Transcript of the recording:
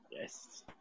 Yes